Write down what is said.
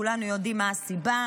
כולנו יודעים מה הסיבה,